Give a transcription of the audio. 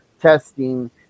testing